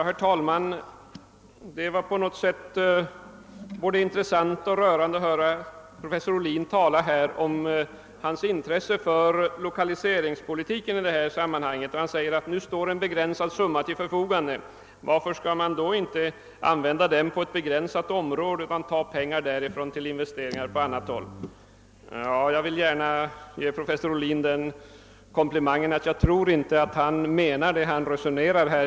Herr talman! Det var både intressant och rörande att höra professor Ohlin i detta sammanhang tala om vilket intresse han hyser för lokaliseringspolitiken. Han frågar: När nu en begränsad summa står till förfogande, varför skall man då inte använda den på ett begränsat område? Varför skall man ta pengar därifrån till investeringar på annat håll? Jag vill gärna ge professor Ohlin den komplimangen att jag inte tror att han menar vad han säger.